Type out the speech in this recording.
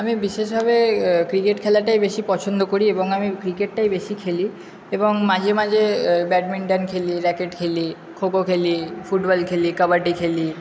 আমি বিশেষভাবে ক্রিকেট খেলাটাই বেশি পছন্দ করি এবং আমি ক্রিকেটটাই বেশি খেলি এবং মাঝে মাঝে ব্যাডমিন্টন খেলি র্যাকেট খেলি খো খো খেলি ফুটবল খেলি কাবাডি খেলি